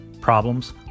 Problems